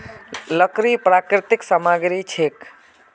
लकड़ी प्राकृतिक सामग्री छिके